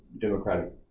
democratic